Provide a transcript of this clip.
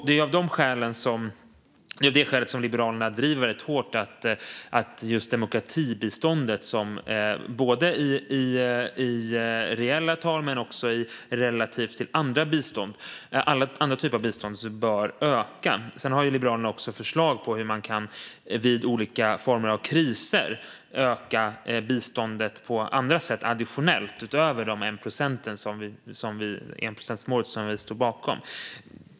Det är av det skälet som Liberalerna driver rätt hårt att just demokratibiståndet i reella tal men också relativt till andra typer av bistånd ska öka. Liberalerna har också förslag på hur man vid olika kriser kan öka biståndet på andra sätt, additionellt, utöver enprocentsmålet som vi står bakom.